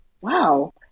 wow